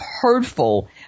hurtful